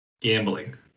Gambling